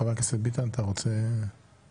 חבר הכנסת ביטן, אתה רוצה להתייחס?